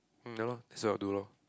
um ya lor that's what I'll do lor